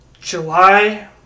July